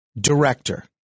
Director